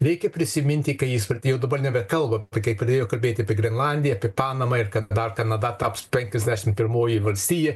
reikia prisiminti kai jis pradėjo dabar nebekalba kai pradėjo kalbėti apie grenlandiją apie panamą ir kad dar kanada taps penkiasdešim pirmoji valstija